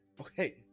okay